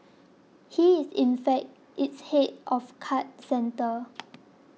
he is in fact its head of card centre